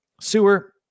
sewer